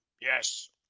yes